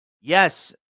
Yes